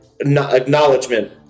acknowledgement